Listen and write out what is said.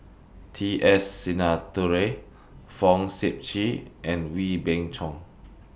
T S Sinnathuray Fong Sip Chee and Wee Beng Chong